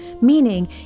meaning